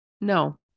No